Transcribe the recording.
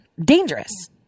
dangerous